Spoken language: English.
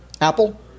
Apple